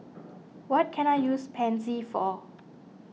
what can I use Pansy for